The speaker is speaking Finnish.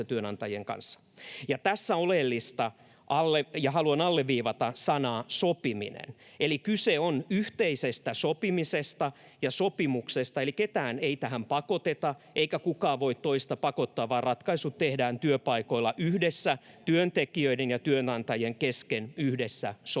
Tässä on oleellista — ja haluan alleviivata sanaa — sopiminen, eli kyse on yhteisestä sopimisesta ja sopimuksesta. Ketään ei tähän pakoteta, eikä kukaan voi toista pakottaa, vaan ratkaisut tehdään työpaikoilla yhdessä työntekijöiden ja työnantajien kesken, yhdessä sopien.